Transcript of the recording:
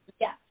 Yes